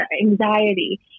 anxiety